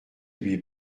lui